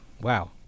Wow